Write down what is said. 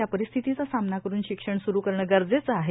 या परिस्थितीचा सामना करून शिक्षण सुरू करणं गरजेचं आहे